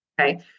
okay